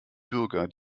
bürger